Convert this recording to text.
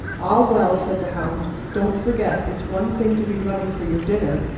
ah, well, said the hound, don't forget it's one thing to be running for your dinner,